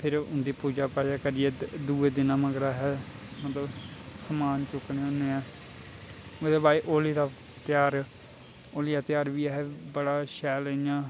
फिर उं'दी पूजा पाजा करियै दूए दिन मगरां आहें समान चुक्कने होन्नेआं उ'दे बाद होली दा त्यहार होली दा त्यहार बी आहें बड़ा शैल इ'यां